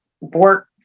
work